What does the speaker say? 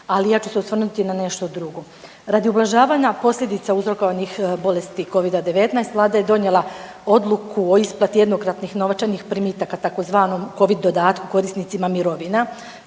ali ja ću se osvrnuti na nešto drugo. Radi ublažavanja posljedica uzrokovanih bolesti Covida-19 vlada je donijela odluku o isplati jednokratnih novčanih primitaka tzv. Covid dodatku korisnicima mirovina.